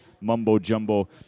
mumbo-jumbo